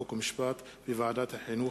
חוק ומשפט וועדת החינוך,